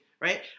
right